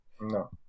No